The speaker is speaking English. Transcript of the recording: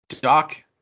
Doc